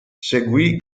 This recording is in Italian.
seguì